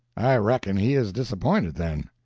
i reckon he is disappointed, then.